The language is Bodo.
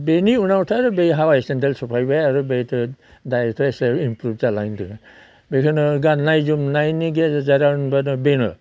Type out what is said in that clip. बेनि उनावथ' आरो दै हावाइ सेनदेल सफायबाय आरो बेहायथ' दायोथ' एसे इमप्रुभ जालांदों बेखौनो गाननाय जोमनायनि गेजेरजो आराम जादो बेनो